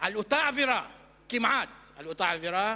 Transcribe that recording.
על אותה עבירה, כמעט על אותה עבירה,